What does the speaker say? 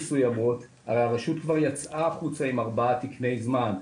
הרי הרשות כבר יצאה החוצה עם ארבעה תקני זמן.